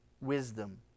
wisdom